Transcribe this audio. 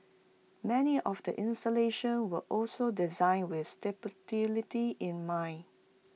many of the installations were also designed with in mind